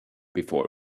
before